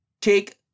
take